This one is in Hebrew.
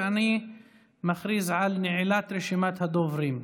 ואני מכריז על נעילת רשימת הדוברים.